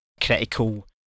critical